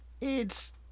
It's